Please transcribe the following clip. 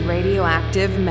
Radioactive